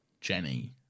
jenny